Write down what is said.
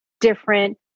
different